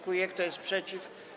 Kto jest przeciw?